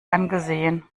angesehen